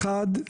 אחד,